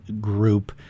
group